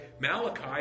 Malachi